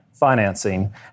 Financing